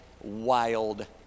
wild